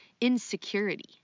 insecurity